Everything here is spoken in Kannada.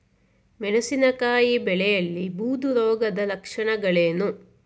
ಮೆಣಸಿನಕಾಯಿ ಬೆಳೆಯಲ್ಲಿ ಬೂದು ರೋಗದ ಲಕ್ಷಣಗಳೇನು?